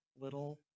little